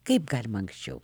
kaip galima anksčiau